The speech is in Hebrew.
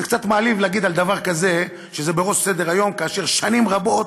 זה קצת מעליב להגיד על דבר כזה שזה בראש סדר-היום כאשר שנים רבות